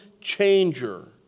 changer